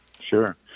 Sure